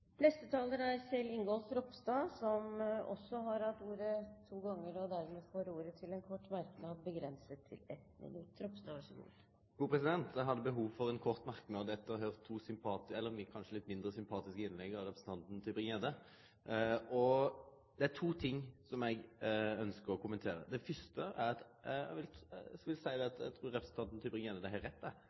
Kjell Ingolf Ropstad har hatt ordet to ganger tidligere og får ordet til en kort merknad, begrenset til 1 minutt. Eg hadde behov for ein kort merknad etter å ha høyrt to kanskje litt mindre sympatiske innlegg av representanten Tybring-Gjedde. Det er to ting som eg ønskjer å kommentere. Det første er at eg trur representanten Tybring-Gjedde har rett i at det er mange parti som kjem til å endre standpunkt, og at